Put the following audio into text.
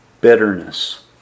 Bitterness